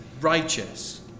righteous